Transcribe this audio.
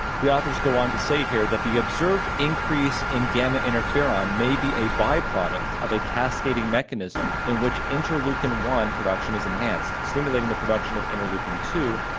the authors go on to say here that the observed increase in gamma interferon may be a byproduct of a cascading mechanism in which interleukin one production is enhanced stimulating the production of interleukin two,